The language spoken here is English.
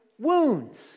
wounds